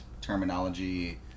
terminology